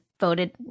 voted